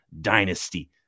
dynasty